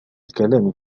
الكلام